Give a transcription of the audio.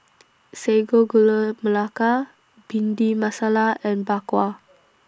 Sago Gula Melaka Bhindi Masala and Bak Kwa